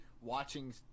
watching